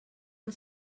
que